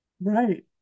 Right